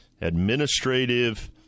Administrative